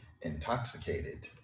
intoxicated